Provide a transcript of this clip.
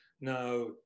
Now